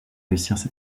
réussir